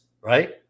Right